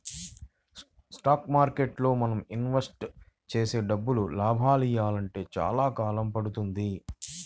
stock మార్కెట్టులో మనం invest చేసే డబ్బులు లాభాలనియ్యాలంటే చానా కాలం పడుతుంది